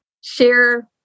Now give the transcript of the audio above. share